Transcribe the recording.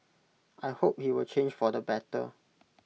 I hope he will change for the better